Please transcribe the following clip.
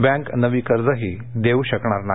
bank नवी कर्जही देऊ शकणार नाही